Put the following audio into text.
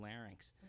larynx